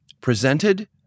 presented